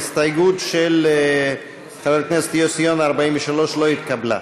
ההסתייגות של חבר הכנסת יוסי יונה, 43, לא התקבלה.